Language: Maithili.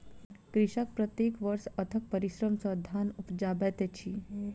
कृषक प्रत्येक वर्ष अथक परिश्रम सॅ धान उपजाबैत अछि